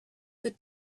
the